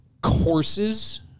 courses